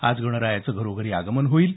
आज गणरायाचं घरोघरी आगमनं होईल